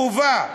חובה.